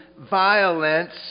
violence